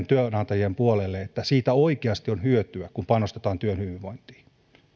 työnantajien puolelle siitä että siitä oikeasti on hyötyä kun panostetaan työhyvinvointiin